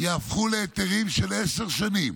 יהפכו להיתרים של עשר שנים.